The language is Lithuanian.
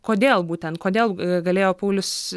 kodėl būtent kodėl galėjo paulius